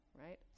right